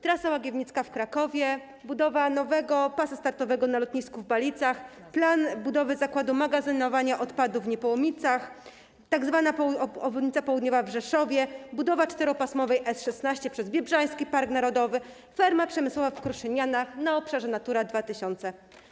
Trasa łagiewnicka w Krakowie, budowa nowego pasa startowego na lotnisku w Balicach, plan budowy zakładu magazynowania odpadów w Niepołomicach, tzw. obwodnica południowa w Rzeszowie, budowa czteropasmowej S16 przez Biebrzański Park Narodowy, ferma przemysłowa w Kruszynianach, na obszarze Natura 2000.